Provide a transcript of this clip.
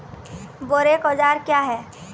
बोरेक औजार क्या हैं?